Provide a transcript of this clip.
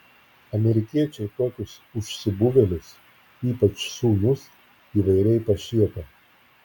amerikiečiai tokius užsibuvėlius ypač sūnus įvairiai pašiepia